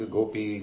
Gopi